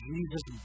Jesus